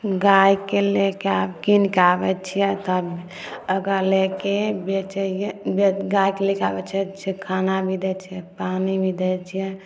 गायके लेके आब कीनके आबय छियै तब ओकरा लेके बेचै हियै गायके लेके आबै छियै खाना भी दै छियै पानी भी दै छियै